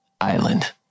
Island